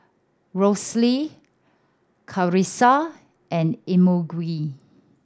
Rosey Karissa and Imogene